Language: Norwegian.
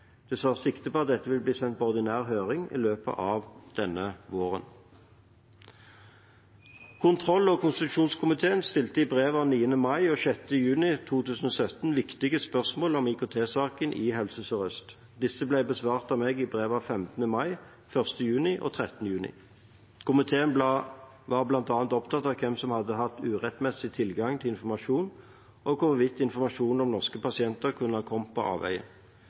det påbegynt et utredningsarbeid. Det tas sikte på at dette vil bli sendt på ordinær høring i løpet av denne våren. Kontroll- og konstitusjonskomiteen stilte i brev av 9. mai og 6. juni 2017 viktige spørsmål om IKT-saken i Helse Sør-Øst. Disse ble besvart av meg i brev av 15. mai, 1. juni og 13. juni. Komiteen var bl.a. opptatt av hvem som hadde hatt urettmessig tilgang til informasjon, og hvorvidt informasjonen om norske pasienter kunne ha kommet på